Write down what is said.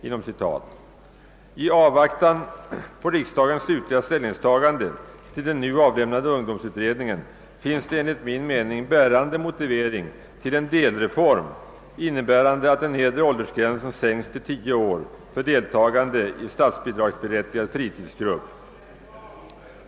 I avvaktan på detta riksdagens ställningstagande till den nu avlämnade ungdomsutredningen finns det enligt min mening bärande motivering till en sådan delreform, att den nedre åldersgränsen sänks till 10 år för deltagande i statsbidragsberättigad fritidsgrupp.